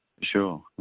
Sure